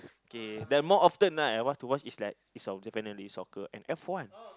K the more often ah I want to watch is like definitely soccer and F-one